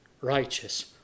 righteous